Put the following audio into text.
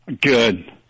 Good